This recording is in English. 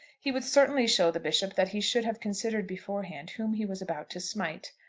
he would certainly show the bishop that he should have considered beforehand whom he was about to smite.